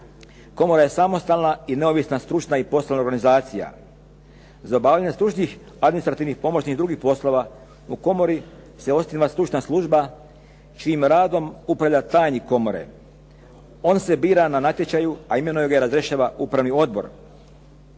Komora je samostalna i neovisna stručna i poslovna organizacija. Za obavljanje stručnih, administrativnih i pomoćnih drugih poslova u komori se osniva stručna služba čijim radom upravlja tajnik komore. On se bira na natječaju a imenuje ga i razrješuje upravni odbor.